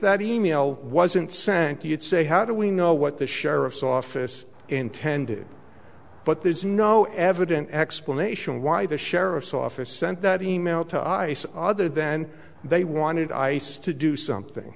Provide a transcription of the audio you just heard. that e mail wasn't sent you'd say how do we know what the sheriff's office intended but there's no evident explanation why the sheriff's office sent that e mail to ice other than they wanted ice to do something